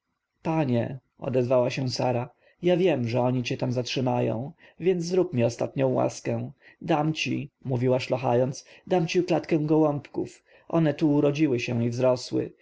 panie odezwała się sara ja wiem że oni cię tam zatrzymają więc zrób mi ostatnią łaskę dam ci mówiła szlochając dam ci klatkę gołąbków one tu urodziły się i wzrosły